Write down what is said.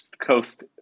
coast